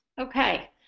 Okay